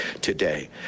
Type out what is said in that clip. today